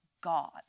god